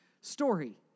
story